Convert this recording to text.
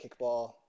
kickball